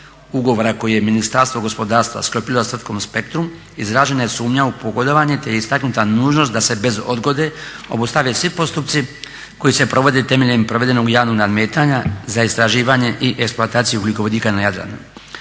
ugovora koje je Ministarstvo gospodarstva sklopilo sa tvrtkom Spektrum izražena je sumnja u pogodovanje te je istaknuta nužnost da se bez odgode obustave svi postupci koji se provode temeljem provedenog javnog nadmetanja za istraživanje i eksploataciju ugljikovodika na Jadranu.